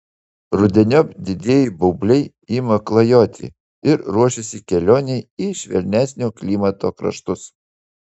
rudeniop didieji baubliai ima klajoti ir ruošiasi kelionei į švelnesnio klimato kraštus